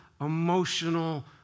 emotional